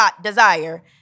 desire